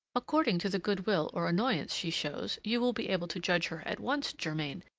according to the good-will or annoyance she shows, you will be able to judge her at once, germain,